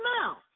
mouth